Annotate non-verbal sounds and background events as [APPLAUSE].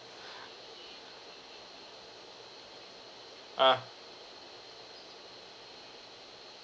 [BREATH] ah